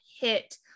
hit